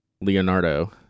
Leonardo